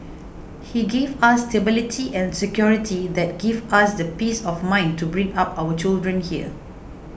he gave us stability and security that give us the peace of mind to bring up our children here